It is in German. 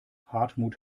hartmut